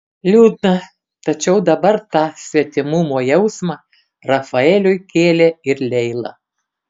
liūdna tačiau dabar tą svetimumo jausmą rafaeliui kėlė ir leila